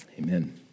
Amen